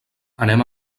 anem